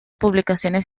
publicaciones